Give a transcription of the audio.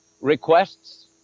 requests